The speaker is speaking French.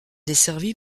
desservie